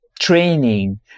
Training